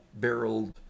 barreled